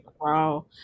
Wow